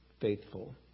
faithful